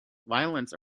violence